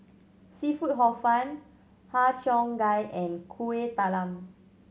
seafood Hor Fun Har Cheong Gai and Kueh Talam